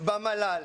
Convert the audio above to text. במל"ל,